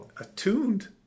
attuned